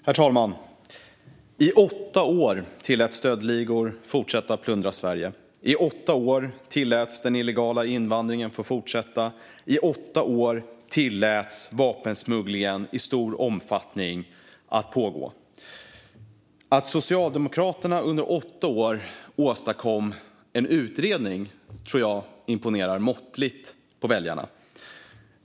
Herr talman! I åtta år tilläts stöldligor fortsätta plundra Sverige. I åtta år tilläts den illegala invandringen fortsätta. I åtta år tilläts vapensmugglingen pågå i stor omfattning. Att Socialdemokraterna under åtta år åstadkom en utredning tror jag imponerar måttligt på väljarna.